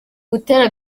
butera